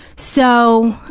so,